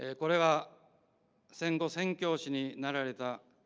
ah kariba cinco cinco shinee narita